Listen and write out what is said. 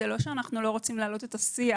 זה לא שאנחנו לא רוצים להעלות את השיח,